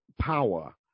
power